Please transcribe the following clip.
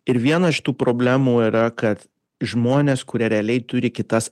ir viena iš tų problemų yra kad žmonės kurie realiai turi kitas